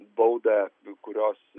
baudą kurios